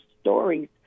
stories